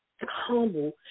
humble